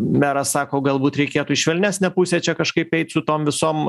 meras sako galbūt reikėtų į švelnesnę pusę čia kažkaip eit su tom visom